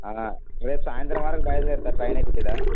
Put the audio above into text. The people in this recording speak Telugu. రేపు సాయంత్రం వరకు బయలుదేరుతా ట్రైన్ ఎక్కితే ఇడ